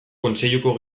kontseiluko